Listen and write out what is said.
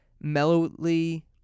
mellowly